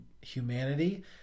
humanity